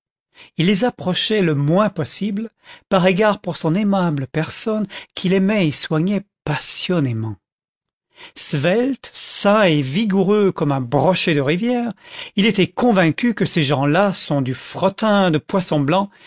il les approchait le moins possible par égard pour son aimable personne qu'il aimait et soignait passionnément svelte sain et vigoureux comme un brochet de rivière il était convaincu que ces gens-là sont du fretin de poisson blanc